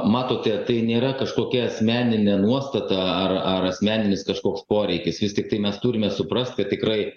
a matote tai nėra kažkokia asmeninė nuostata ar ar asmeninis kažkoks poreikis vis tiktai mes turime suprast kad tikrai